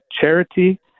Charity